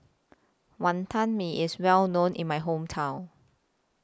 Wantan Mee IS Well known in My Hometown